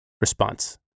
response